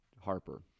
Harper